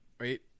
wait